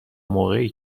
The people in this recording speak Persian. موقعی